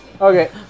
Okay